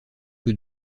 peu